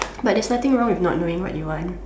but there's nothing wrong with not knowing what you want